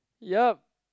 yup